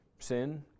Sin